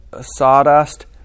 sawdust